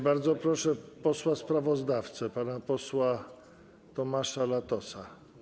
Bardzo proszę posła sprawozdawcę, pana posła Tomasza Latosa.